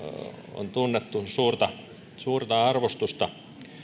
on tunnettu suurta suurta arvostusta